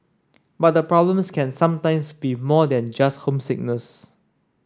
but the problems can sometimes be more than just homesickness